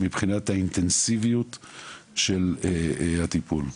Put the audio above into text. מבחינת אינטנסיביות הטיפול.